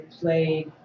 played